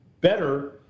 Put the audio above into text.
better